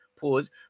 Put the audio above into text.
Pause